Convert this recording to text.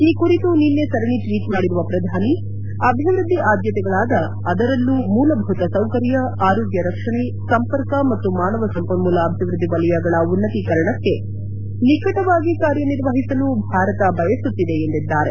ಈ ಕುರಿತು ನಿನ್ನೆ ಸರಣಿ ಟ್ಲಿಟ್ ಮಾಡಿರುವ ಪ್ರಧಾನಿ ಅಭಿವೃದ್ದಿ ಆದ್ಯತೆಗಳಾದ ಅದರಲ್ಲೂ ಮೂಲಭೂತ ಸೌಕರ್ಯ ಆರೋಗ್ಯ ರಕ್ಷಣೆ ಸಂಪರ್ಕ ಮತ್ತು ಮಾನವ ಸಂಪನ್ಮೋಲ ಅಭಿವೃದ್ದಿ ವಲಯಗಳ ಉನ್ನತಿಕರಣಕ್ಕೆ ನಿಕಟವಾಗಿ ಕಾರ್ಯನಿರ್ವಹಿಸಲು ಭಾರತ ಬಯಸುತ್ತಿದೆ ಎಂದಿದ್ದಾರೆ